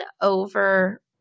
over